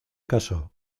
casó